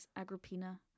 Agrippina